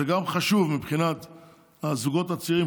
זה גם חשוב לזוגות הצעירים,